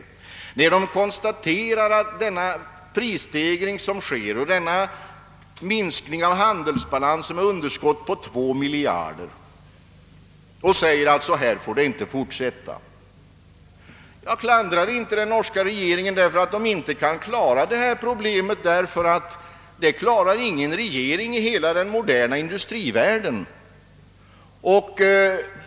Hon skulle då få bekräftelse på den pågående prisstegringen och försämringen av handelsbalansen som visar ett underskott på 2 miljarder. Jag klandrar inte den norska regeringen för att den inte klarar detta problem, ty ingen regering i hela den moderna industrivärlden kan göra det.